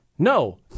No